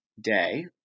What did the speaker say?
day